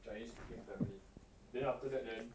chinese speaking family then after that then